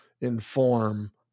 inform